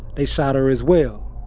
they shot her as well.